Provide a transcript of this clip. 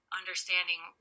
understanding